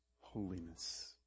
holiness